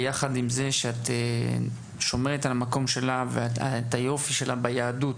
ביחד עם זה שאת שומרת על המקום שלה ואת היופי שלה ביהדות,